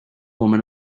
women